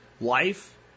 Life